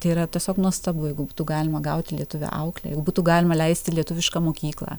tai yra tiesiog nuostabu jeigu būtų galima gauti lietuvę auklę jeigu būtų galima leist į lietuvišką mokyklą